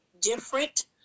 different